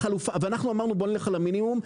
ואנחנו אמרנו בוא נלך על המינימום,